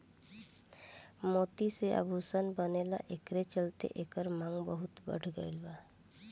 मोती से आभूषण बनेला एकरे चलते एकर मांग बहुत बढ़ गईल बा